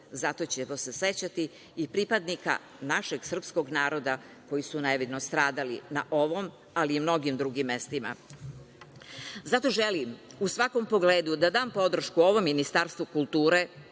Zato ćemo se sećati i pripadnika našeg srpskog naroda koji su nevino stradali na ovom, ali i mnogim drugim mestima. Zato želim, u svakom pogledu, da dam podršku ovom Ministarstvu kulture,